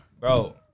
Bro